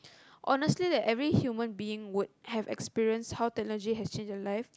honestly like every human being would have experience how technology have change your life